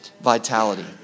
vitality